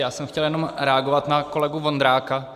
Já jsem chtěl jenom reagovat na kolegu Vondráka.